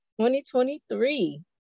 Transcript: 2023